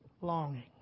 longing